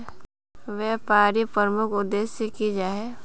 व्यापारी प्रमुख उद्देश्य की जाहा?